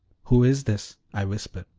who is this? i whispered.